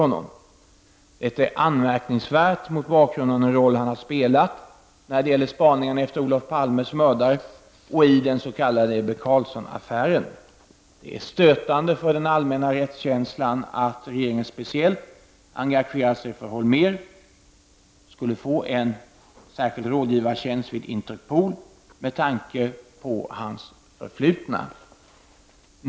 Detta engagemang är anmärkningsvärt mot bakgrund av den roll han spelat när det gäller spaningarna efter Olof Palmes mördare och i den s.k. Ebbe Carlsson-affären. Det är med tanke på hans förflutna i Ebbe Carlsson-affären stötande för den allmänna rättskänslan att regeringen speciellt engagerat sig för att Holmér skulle få en särskild rådgivartjänst vid Interpol.